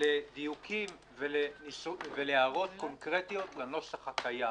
לדיוקים ולהערות קונקרטיות לנוסח הקיים,